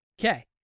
Okay